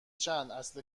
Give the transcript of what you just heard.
چند، اصل